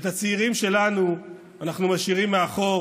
ואת הצעירים שלנו אנחנו משאירים מאחור